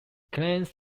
claims